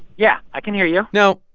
yeah, i can hear you now,